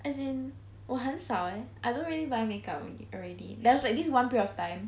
as in 我很少 eh I don't really buy make up already already there was this one period of time